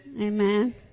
Amen